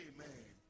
Amen